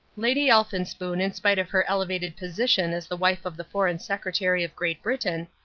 lady elphinspoon, in spite of her elevated position as the wife of the foreign secretary of great britain,